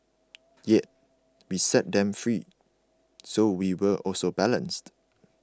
yet we set them free so we were also balanced